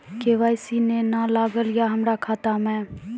KYC ने न लागल या हमरा खाता मैं?